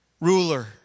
ruler